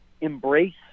embrace